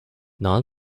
non